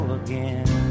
again